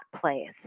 place